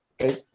okay